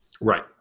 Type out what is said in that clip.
Right